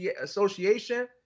association